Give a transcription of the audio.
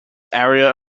area